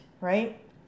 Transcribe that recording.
right